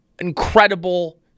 incredible